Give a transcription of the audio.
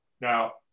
Now